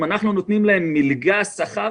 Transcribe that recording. אם אנחנו נותנים להם מלגה, שכר,